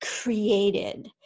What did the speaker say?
Created